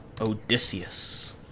Odysseus